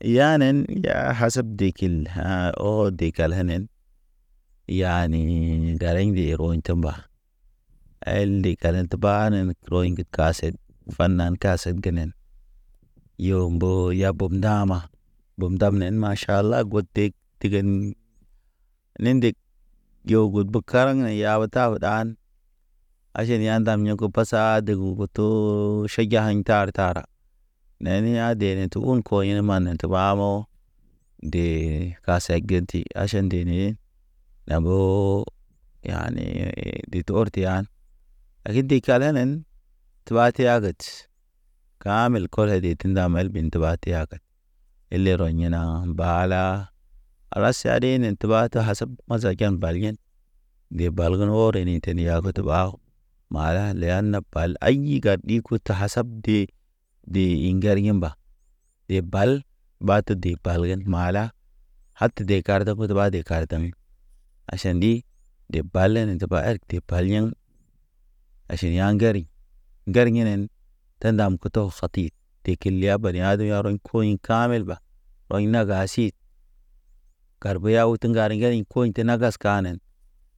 Yanen hasab de kil ha̰ ɔ dekala nen. Yani daraɲ mbe rɔɲ te mba el nde kala te banen rɔɲ ndi kasel, va nan kasen kenen. Yo mbo ya bub ndama, bub ndanen maʃala go deg digen. Nendig yo gud bu karaŋ ne yaw taw ɗan, aʃen yandam ya̰ ge pasa de gugu too ʃey ge aɲi tarə tara. Neni ha dene te un ko yen ma ne te ɓaɓɔ, dee kasa gede aʃan dene. Lambo yane de te ɔr teyan, ya ki de kalanen tuwa tiya get. Kam el kɔle de ti ndam el bin tuwa tiya ke ile rɔɲ ina mbala. Kalas sa ɗinen tuba te hasab masaken bal yen. De bal gen ɔrə ne te yakut ɓaw, mala leya na ɓal ay gad ɗi kut hasab de, de ḭ ŋgar ye mba. De bal ɓate de bal ge mala, hate de kardə put ɓa de karten. Aʃan ɗi de balḛn in te par er te paliyeŋ. Aʃan ya̰ ŋgeri, ŋger inen, te ndam ke to kati. De kil yabed ya̰ de ya̰rɔɲ koɲil ka̰ mil ɓa ɔɲ naga si, gar boya ot ŋgar ŋgeni koɲ te nagas kanen.